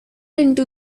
into